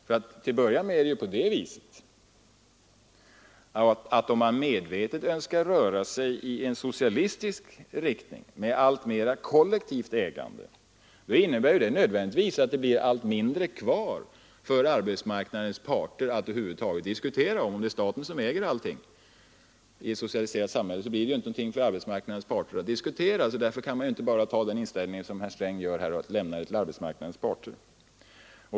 Till att börja med är det ju så att om man medvetet önskar röra sig i socialistisk riktning med ett allt vidare kollektivt ägande, blir det nödvändigtvis allt mindre kvar för arbetsmarknadens parter att över huvud taget diskutera. Om staten äger allting i ett socialiserat samhälle, blir det ju ingenting för arbetsmarknadens parter att förhandla om. Därför är det felaktigt att som herr Sträng ha den uppfattningen att allt skall lämnas till arbetsmarknadens parter.